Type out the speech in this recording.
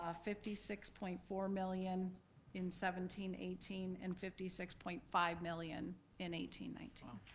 ah fifty six point four million in seventeen eighteen, and fifty six point five million in eighteen nineteen.